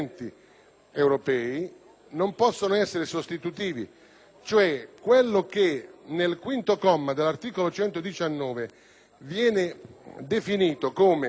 europei non possano essere sostitutivi. Quelli che nel quinto comma dell'articolo 119 vengono definiti come